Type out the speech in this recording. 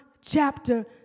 chapter